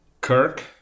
Kirk